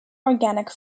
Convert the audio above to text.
organic